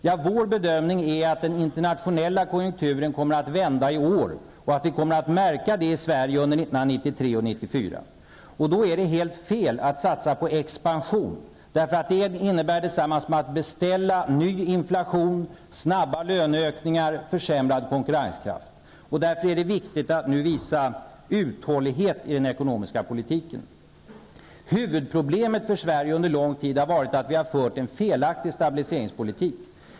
Ja, vår bedömning är att den internationella konjunkturen kommer att vända i år och att vi i Sverige kommer att märka det under 1993 och 1994. Då är det helt fel att satsa på expansion, eftersom det är detsamma som att beställa ny inflation, snabba löneökningar och försämrad konkurrenskraft. Därför är det viktigt att nu visa uthållighet i den ekonomiska politiken. Huvudproblemet för Sverige har under lång tid varit att vi har fört en felaktig stabiliseringspolitik.